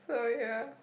oh ya